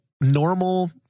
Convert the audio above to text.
normal